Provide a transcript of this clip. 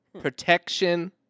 Protection